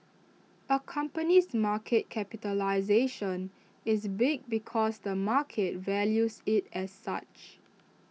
A company's market capitalisation is big because the market values IT as such